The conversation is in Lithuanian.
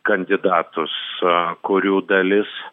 kandidatus kurių dalis